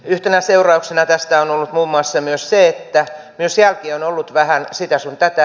yhtenä seurauksena tästä on ollut muun muassa myös se että myös jälki on ollut vähän sitä sun tätä